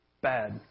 bad